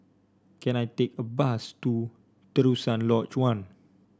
can I take a bus to Terusan Lodge One